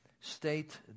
state